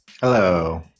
Hello